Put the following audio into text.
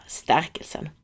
stärkelsen